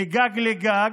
מגג לגג,